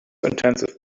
intensive